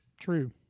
true